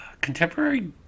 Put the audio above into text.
contemporary